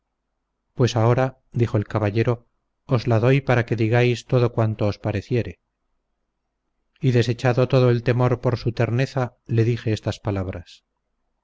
pues ahora dijo el caballero os la doy para que digáis todo cuanto os pareciere y desechado todo el temor por su terneza le dije estas palabras